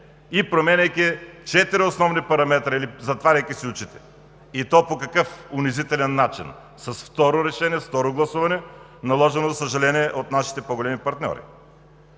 и променяйки четири основни параметъра, или затваряйки си очите – и то по какъв унизителен начин, с второ гласуване, наложено, за съжаление, от нашите по-големи партньори.